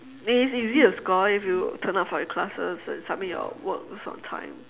and it's easy to score if you turn up for your classes and submit your works on time